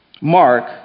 Mark